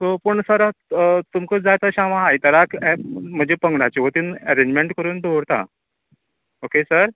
so पूण sir हांव तुमका जाय तशें हांव आयताराक म्हाज्या पंगडाचे वतीन एरेंजमेन्ट करून दवरता ओके सर